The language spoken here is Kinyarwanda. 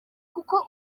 kuko